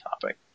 topic